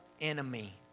enemy